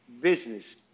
business